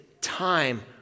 time